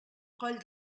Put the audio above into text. coll